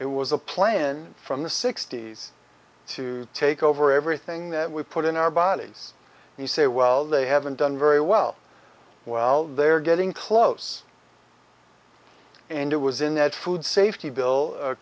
it was a plan from the sixty's to take over everything that we put in our bodies and you say well they haven't done very well while they're getting close and it was in that food safety bill a